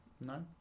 no